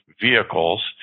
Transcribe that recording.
vehicles